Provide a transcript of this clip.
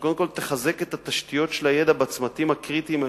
שקודם כול תחזק את התשתיות של הידע בצמתים הקריטיים האלה,